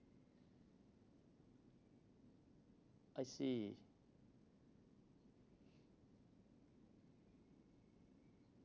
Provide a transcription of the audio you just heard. I see